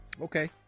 Okay